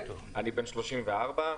בן 34,